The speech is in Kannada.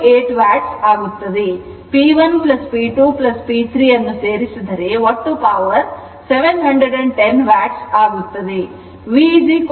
P 1 P 2 P 3 ಅನ್ನು ಸೇರಿಸಿದರೆ ಒಟ್ಟು ಪವರ್ 710 ವ್ಯಾಟ್ ಆಗುತ್ತದೆ